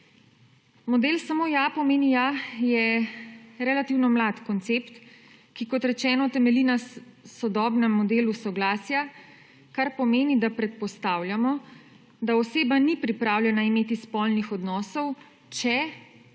Model Samo ja pomeni ja, je relativno mlad koncept, ki kot rečeno, temelji na sodobnem modelu soglasja, kar pomeni, da predpostavljamo, da oseba ni pripravljena imeti spolnih odnosov, če